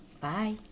Bye